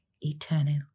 eternal